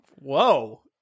Whoa